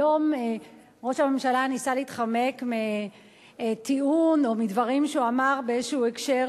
היום ראש הממשלה ניסה להתחמק מטיעון או מדברים שהוא אמר באיזה הקשר,